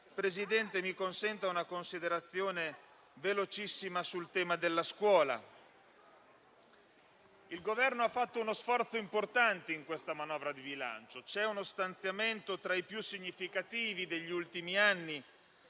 Presidente, mi consenta una considerazione velocissima sul tema della scuola. Il Governo ha fatto uno sforzo importante in questa manovra di bilancio, prevedendo uno stanziamento tra i più significativi degli ultimi anni